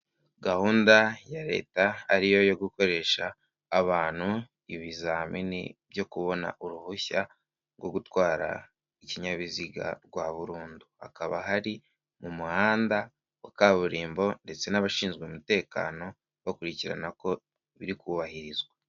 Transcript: Gahunda ya leta ari yo yo gukoresha abantu ibizamini byo kubona uruhushya rwo gutwara ikinyabiziga rwa burundu. Hakaba hari mu muhanda wa kaburimbo ndetse n'abashinzwe umutekano bakurikirana ko biri kubahirizwa.